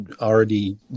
already